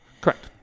Correct